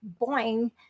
boing